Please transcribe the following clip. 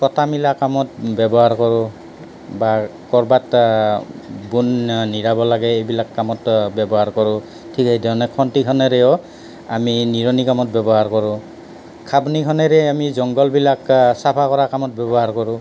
কটা মিলা কামত ব্যৱহাৰ কৰোঁ বা ক'ৰবাত বন নিৰাব লাগে এইবিলাক কামত ব্যৱহাৰ কৰোঁ ঠিক সেই ধৰণে খন্তি খনেৰেও আমি নিৰনি কামত ব্যৱহাৰ কৰোঁ খাবনিখনেৰে আমি জংঘলবিলাক চাফা কৰা কামত ব্যৱহাৰ কৰোঁ